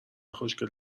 خوشگل